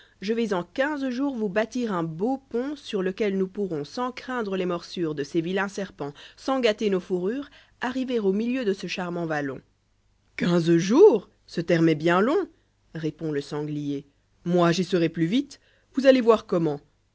je vais en quinze jbtirs vous bâtir unbeau pont sur lequel ribus pourrons sans craindre lës'mbrsùres de ces vilains serpents sans'gâter'nos'fourrures arriver au milieu de ce eharmarit vallon quinze jours ce terme e'st'bienlong répond le sanglier moi j'y serai plus vite vous allez voir comment